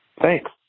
Thanks